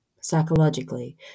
Psychologically